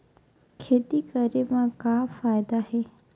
खेती करे म का फ़ायदा हे?